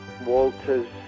Walter's